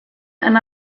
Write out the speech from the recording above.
and